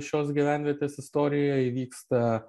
šios gyvenvietės istorijoje įvyksta